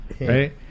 right